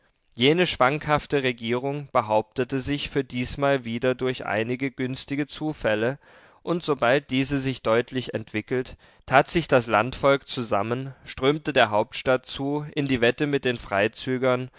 jene schwankhafte regierung behauptete sich für diesmal wieder durch einige günstige zufälle und sobald diese sich deutlich entwickelt tat sich das landvolk zusammen strömte der hauptstadt zu in die wette mit den freizügern